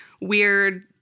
weird